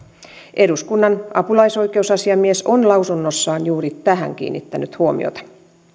eduskunnan apulaisoikeusasiamies on lausunnossaan juuri tähän kiinnittänyt huomiota